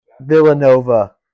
Villanova